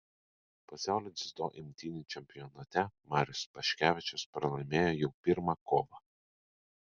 pasaulio dziudo imtynių čempionate marius paškevičiaus pralaimėjo jau pirmą kovą